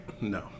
No